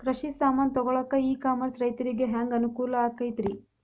ಕೃಷಿ ಸಾಮಾನ್ ತಗೊಳಕ್ಕ ಇ ಕಾಮರ್ಸ್ ರೈತರಿಗೆ ಹ್ಯಾಂಗ್ ಅನುಕೂಲ ಆಕ್ಕೈತ್ರಿ?